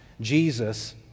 Jesus